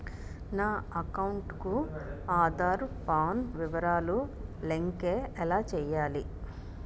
నా అకౌంట్ కు ఆధార్, పాన్ వివరాలు లంకె ఎలా చేయాలి?